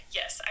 yes